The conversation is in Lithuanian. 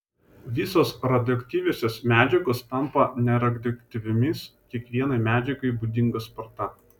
visos radioaktyviosios medžiagos tampa neradioaktyviomis kiekvienai medžiagai būdinga sparta